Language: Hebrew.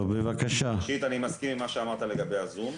ראשית, אני מסכים עם מה שאמרת לגבי הזום.